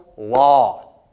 law